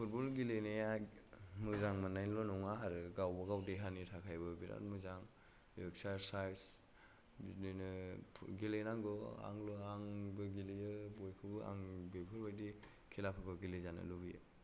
football गेलेनाया मोजां मोननायनिल' नङा आरो गावबागाव देहानि थाखायबो बिराद मोजां एक्सारसाइस बिदिनो गेलेनांगौ आंबो गेलेयो बयखौबो आं बेफोरबायदि खेलाफोरखौ गेलेजानो लुबैयो